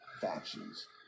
factions